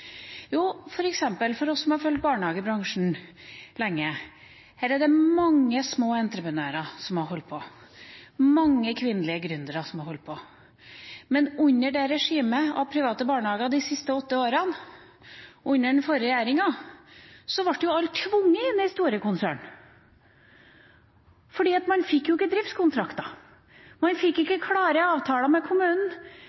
Jo, f.eks., for oss som har fulgt barnehagebransjen lenge: Her er det mange små entreprenører, mange kvinnelige gründere som har holdt på, men under regimet av private barnehager de siste åtte årene og under den forrige regjeringa, så ble jo alle tvunget inn i store konsern fordi man ikke fikk driftskontrakter, ikke fikk klare avtaler med kommunen. Og er man